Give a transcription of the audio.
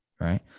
right